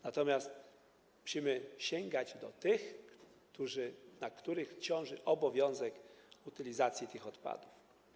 Natomiast musimy sięgać do tych, na których ciąży obowiązek utylizacji tych odpadów.